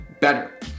better